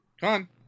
Come